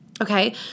okay